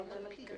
לחוק זה,